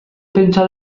pentsa